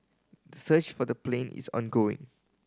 the search for the plane is ongoing